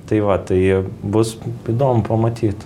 tai va tai bus įdomu pamatyt